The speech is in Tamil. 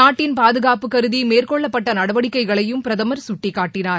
நாட்டின் பாதுகாப்பு கருதி மேற்கொள்ளப்பட்ட நடவடிக்கைகளையும் பிரதமர் சுட்டிக்காட்டினார்